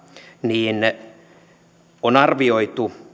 niin on arvioitu